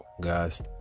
guys